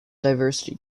diversity